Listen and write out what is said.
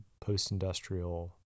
post-industrial